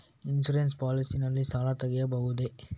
Insurance policy ನಲ್ಲಿ ಸಾಲ ತೆಗೆಯಬಹುದ?